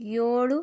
ಏಳು